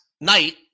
night